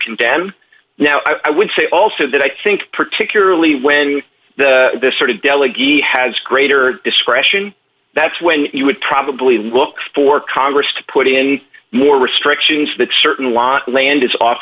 condemn now i would say also that i think particularly when this sort of delegate has greater discretion that's when you would probably look for congress to put in more restrictions that certain lot land is off